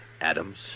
Adams